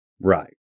Right